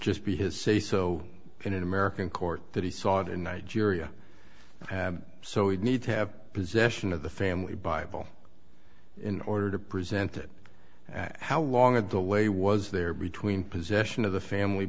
just be his say so in an american court that he saw it in nigeria so we need to have possession of the family bible in order to present it and how long a delay was there between possession of the family